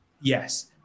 yes